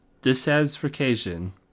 dissatisfaction